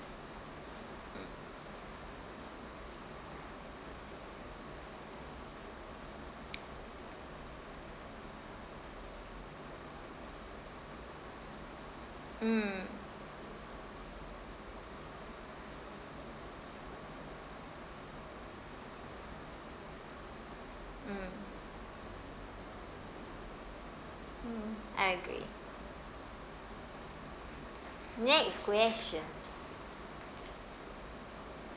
mm mm mm mm I agree next question